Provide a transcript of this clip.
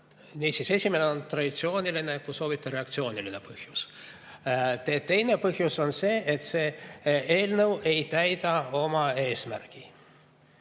Niisiis, esimene on traditsiooniline, kui soovite, siis reaktsiooniline põhjus. Teine põhjus on see, et see eelnõu ei täida oma eesmärki.